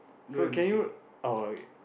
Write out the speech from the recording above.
so can you oh okay